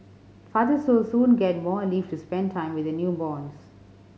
fathers will soon get more leave to spend time with their newborns